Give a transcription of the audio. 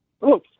look